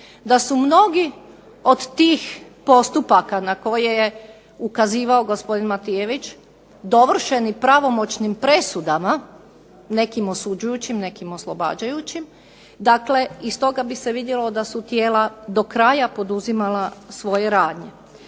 da su mnogi od tih postupaka na koje je ukazivao gospodin Matijević dovršeni pravomoćnim presudama, nekim osuđujućim, nekim oslobađajućim. Dakle iz toga bi se vidjelo da su tijela do kraja poduzimala svoje radnje.